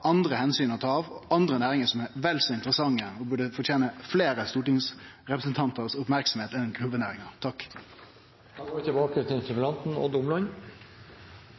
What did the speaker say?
andre omsyn å ta, og andre næringar som er vel så interessante og burde fortene merksemd frå fleire stortingsrepresentantar enn